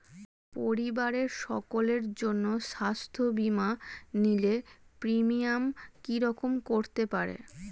পরিবারের সকলের জন্য স্বাস্থ্য বীমা নিলে প্রিমিয়াম কি রকম করতে পারে?